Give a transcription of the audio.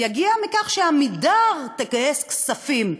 יגיע מכך ש"עמידר" תגייס כספים.